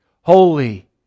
Holy